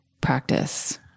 practice